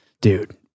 Dude